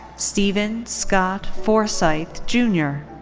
steven scott forsyth junior.